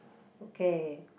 okay